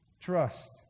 Trust